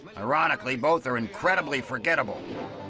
ironically, both are incredibly forgettable.